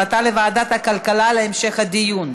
והעברתה לוועדת הכלכלה להמשך הדיון.